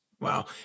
Wow